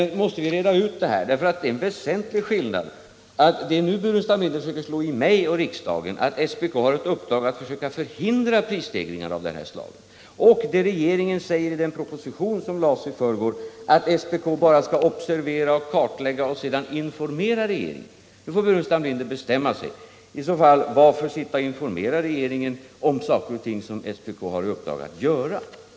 Nu måste vi reda ut det här, för det är en väsentlig skillnad mellan det som Staffan Burenstam Linder försöker slå i mig och riksdagen, nämligen att SPK har i uppdrag att försöka förhindra prisstegringar av det här slaget, och det som regeringen säger i den proposition som lades fram i förrgår, att SPK bara skall observera och kartlägga och sedan informera regeringen. Nu får Staffan Burenstam Linder bestämma sig. Om det sista skall gälla, varför skall SPK i så fall informera regeringen om saker och ting som nämnden har i uppdrag att göra?